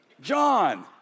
John